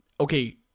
okay